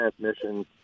transmission